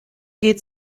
geht